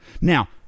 Now